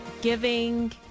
giving